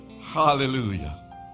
hallelujah